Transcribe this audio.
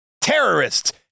Terrorists